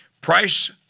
price